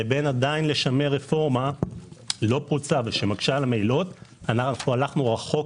לבין לשמר רפורמה לא פרוצה ושמקשה על המהירות - הלכנו רחוק